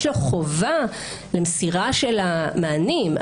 יש לו חובה למסירה של המענים,